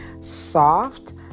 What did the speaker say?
soft